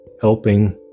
helping